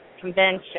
convention